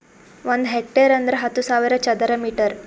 ಒಂದ್ ಹೆಕ್ಟೇರ್ ಅಂದರ ಹತ್ತು ಸಾವಿರ ಚದರ ಮೀಟರ್